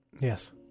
Yes